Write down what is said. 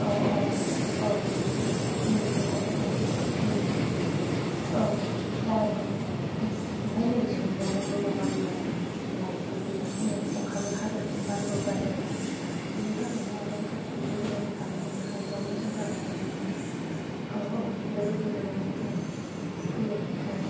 औ औ औ बेहायनो दे औ जागोन दे ओमफ्राय नै संजानोबो माबा गैया ना लाइथबो गैया हनै अखाबो हादों बारबो बारदों ना बिनि थाखायनो आदाया थाब दिलिभारि खालायहरनो हायोबा मोजां जागौमोन आरोना औ औ लोगोफोरबो दङ फैदों औ